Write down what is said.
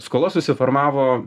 skola susiformavo